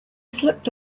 slipped